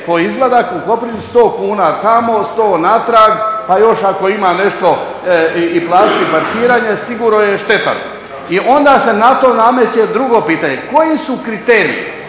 po izvadak u Koprivnicu 100 kn tamo, 100 natrag pa još ako ima nešto i platiti parkiranje sigurno je štetan. I onda se na to nameće drugo pitanje. Koji su kriteriji,